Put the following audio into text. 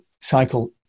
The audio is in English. cycle